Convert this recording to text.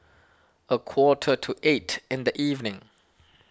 a quarter to eight in the evening